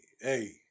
hey